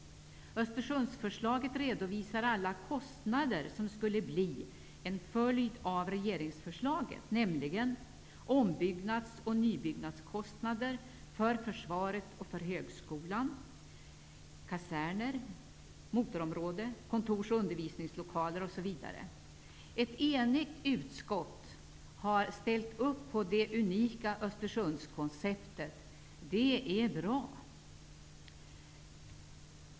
Östersundsförslaget redovisar alla kostnader som skulle bli en följd av regeringsförslaget, nämligen ombyggnads och nybyggnadskostnader för försvaret och för högskolan, kaserner, motorområde, kontors och undervisningslokaler. Ett enigt utskott har ställt upp på det unika Östersundskonceptet. Det är bra.